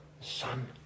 son